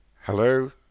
Hello